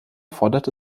forderte